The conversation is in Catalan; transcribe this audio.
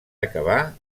acabar